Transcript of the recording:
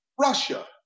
Russia